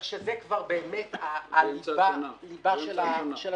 באמצע השנה הזאת, זה הליבה של הדברים.